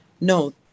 No